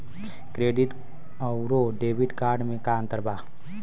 Credit अउरो debit card मे का अन्तर बा?